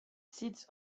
sits